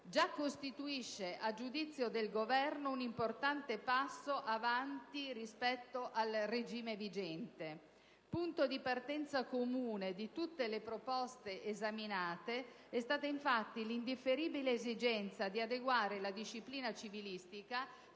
già costituisce, a giudizio del Governo, un importante passo avanti rispetto al regime vigente. Punto di partenza comune di tutte le proposte esaminate è stata infatti l'indifferibile esigenza di adeguare la disciplina civilistica